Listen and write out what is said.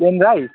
plain rice